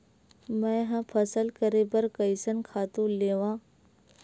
मैं ह फसल करे बर कइसन खातु लेवां?